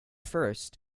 first